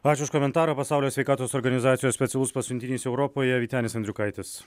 ačiū už komentarą pasaulio sveikatos organizacijos specialus pasiuntinys europoje vytenis andriukaitis